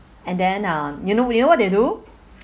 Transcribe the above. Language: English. and then uh you know you know what they do